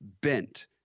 bent